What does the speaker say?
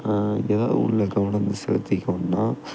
ஏதாவுது ஒன்றுல கவனத்தை செலுத்திக்கவும் தான்